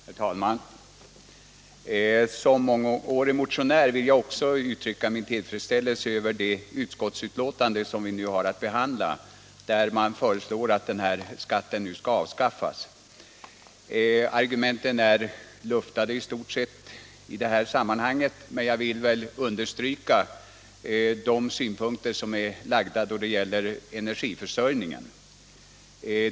Herr talman! Som mångårig motionär vill jag också uttrycka min tillfredsställelse över det betänkande som vi nu behandlar, där det föreslås att den här skatten skall slopas. Argumenten är i stort sett redan luftade, men jag vill understryka de synpunkter som har förts fram då det gäller energiförsörjningen.